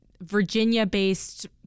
Virginia-based